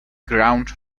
ground